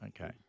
Okay